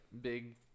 big